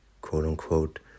quote-unquote